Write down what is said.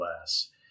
less